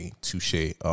Touche